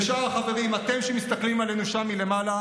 ושאר החברים, אתם שמסתכלים עלינו שם מלמעלה,